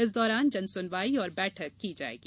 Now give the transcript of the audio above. इस दौरान जनसुनवाई और बैठक की जायेगी